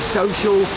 social